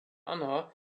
anna